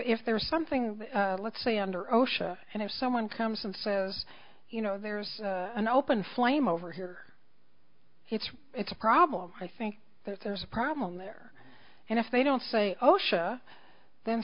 there is something let's say under osha and if someone comes and says you know there's an open flame over here if it's a problem i think that there's a problem there and if they don't say oh sure the